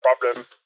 problem